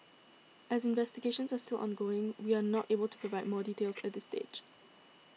as investigations are still ongoing we are not able to provide more details at this stage